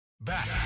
back